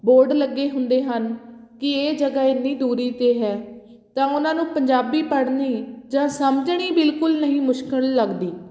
board ਲੱਗੇ ਹੁੰਦੇ ਹਨ ਕਿ ਇਹ ਜਗ੍ਹਾ ਇੰਨੀ ਦੂਰੀ 'ਤੇ ਹੈ ਤਾਂ ਉਹਨਾਂ ਨੂੰ ਪੰਜਾਬੀ ਪੜ੍ਹਨੀ ਜਾਂ ਸਮਝਣੀ ਬਿਲਕੁਲ ਨਹੀਂ ਮੁਸ਼ਕਿਲ ਲੱਗਦੀ